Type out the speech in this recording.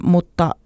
Mutta